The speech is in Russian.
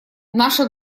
наша